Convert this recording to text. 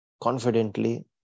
confidently